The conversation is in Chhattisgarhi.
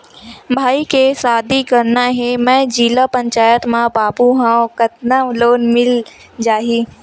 भाई के शादी करना हे मैं जिला पंचायत मा बाबू हाव कतका लोन मिल जाही?